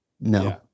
No